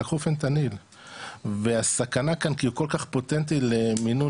שלקחו פנטניל והסכנה כאן כל כך פוטנטי למינון